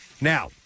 Now